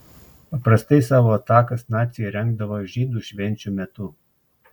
paprastai savo atakas naciai rengdavo žydų švenčių metu